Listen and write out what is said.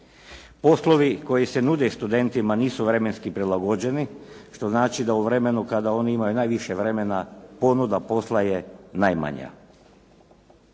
Poslovi koji se nude studentima nisu vremenski prilagođeni što znači da u vremenu kada oni imaju najviše vremena ponuda posla je najmanja.